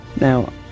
Now